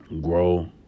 Grow